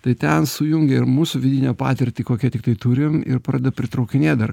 tai ten sujungia ir mūsų vidinę patirtį kokią ją tiktai turim ir pradeda pritraukinėt dar